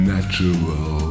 Natural